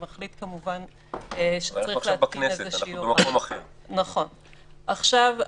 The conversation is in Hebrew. ומחליט כמובן שצריך --- אנחנו עכשיו בכנסת,